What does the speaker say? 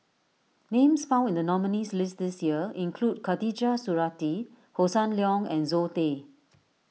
names found in the nominees' list this year include Khatijah Surattee Hossan Leong and Zoe Tay